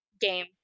game